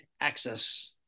access